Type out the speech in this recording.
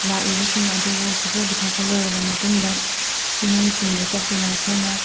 ꯂꯥꯛꯂꯤꯕꯁꯤꯡ ꯑꯗꯨꯕꯨ ꯄꯤꯖ ꯄꯤꯊꯛꯄ ꯂꯣꯏꯔꯕ ꯃꯇꯨꯡꯗ ꯏꯃꯨꯡꯁꯤꯡꯗ ꯆꯠꯇꯨꯅ ꯑꯩꯈꯣꯏꯅ